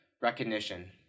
recognition